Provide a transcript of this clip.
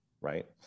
right